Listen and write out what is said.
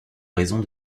raisons